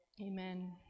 Amen